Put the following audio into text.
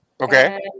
Okay